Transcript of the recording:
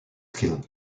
skill